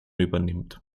übernimmt